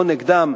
או נגדם,